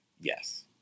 Yes